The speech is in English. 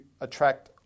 attract